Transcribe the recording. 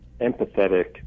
empathetic